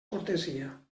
cortesia